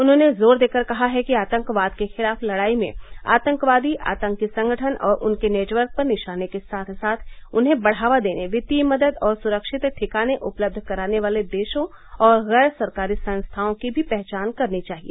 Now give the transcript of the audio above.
उन्होंने जोर देकर कहा है कि आतंकवाद के खिलाफ लड़ाई में आतंकवादी आतंकी संगठन और उनके नेटवर्क पर निशाने के साथ साथ उन्हें बढ़ावा देने वित्तीय मदद और सुरक्षित ठिकाने उपलब्ध कराने वालों देशों और गैर सरकारी संस्थाओं की भी पहचान करनी चाहिए